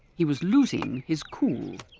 he was losing his cool.